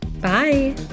Bye